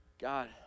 God